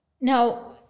now